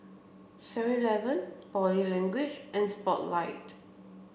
seven eleven Body Language and Spotlight